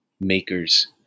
makers